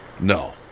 No